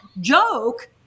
joke